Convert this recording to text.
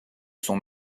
son